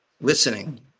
listening